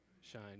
shine